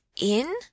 in